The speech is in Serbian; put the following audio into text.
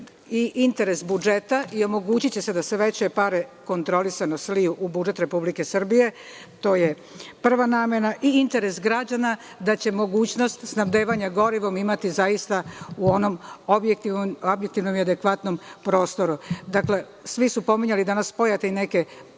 i interes budžeta i omogućiće se da se veće pare kontrolisano sliju u budžet Republike Srbije. To je prva namena. Interes građana je da će mogućnost snabdevanja gorivom imati u onom objektivnom i adekvatnom prostoru. Dakle, svi su pominjali danas Pojate i neke